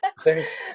Thanks